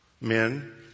Men